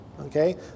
Okay